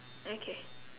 okay